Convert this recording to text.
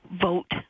vote